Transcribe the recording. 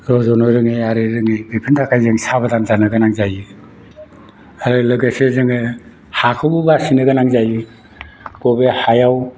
रज'नो रोंनाय आरो रोङै बेफोरनि थाखाय जों साबधान जानो गोनां जायो आरो लोगोसे जोङो हाखौबो बासिनो गोनां जायो बबे हायाव